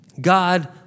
God